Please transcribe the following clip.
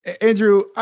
Andrew